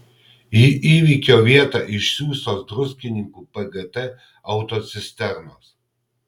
į įvykio vietą išsiųstos druskininkų pgt autocisternos